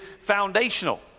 foundational